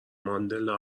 ماندلا